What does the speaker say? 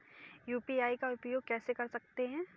UPI का उपयोग कैसे कर सकते हैं?